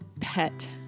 pet